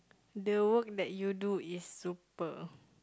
the work that you do is super